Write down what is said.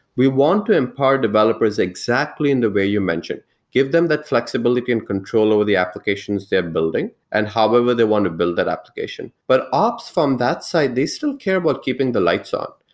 we want to impart developers exactly in the way you mentioned give them the flexibility and control over the applications they are building and however they want to build that application, but ops from that side, they still care about keeping the lights on,